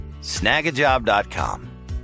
Snagajob.com